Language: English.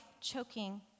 choking